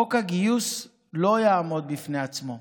חוק הגיוס לא יעמוד בפני עצמו,